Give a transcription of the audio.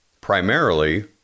primarily